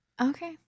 Okay